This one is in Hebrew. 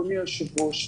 אדוני היושב ראש,